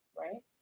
right